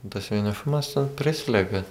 tas vienišumas prislegia